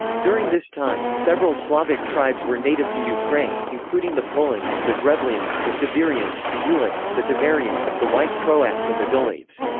during this time, several slavic tribes were native to ukraine, including the polans, the drevlyans, the severians, the yeah ulichs, the tiverians, the white croats and the dulebes.